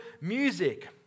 music